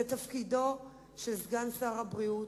זה תפקידו של סגן שר הבריאות.